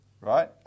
right